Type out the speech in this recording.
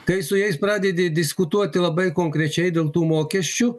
kai su jais pradedi diskutuoti labai konkrečiai dėl tų mokesčių